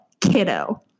kiddo